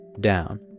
down